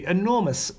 enormous